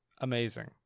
Amazing